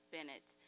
Bennett